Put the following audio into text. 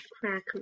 crack